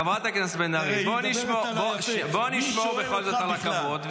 חברת הכנסת בן ארי, בואי נשמור בכל זאת על הכבוד.